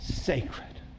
Sacred